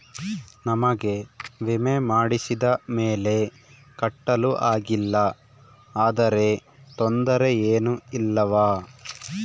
ನಮಗೆ ವಿಮೆ ಮಾಡಿಸಿದ ಮೇಲೆ ಕಟ್ಟಲು ಆಗಿಲ್ಲ ಆದರೆ ತೊಂದರೆ ಏನು ಇಲ್ಲವಾ?